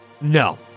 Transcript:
No